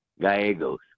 Gallegos